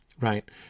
right